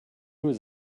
was